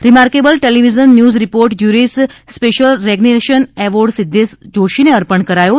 remarkable television news report jury's special recognition award સિધ્ધાશ જાષીન અર્પણ કરાયો હતો